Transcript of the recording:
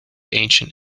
ancient